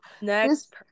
next